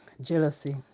jealousy